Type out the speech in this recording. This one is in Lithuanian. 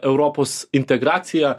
europos integracija